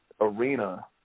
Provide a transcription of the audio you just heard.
arena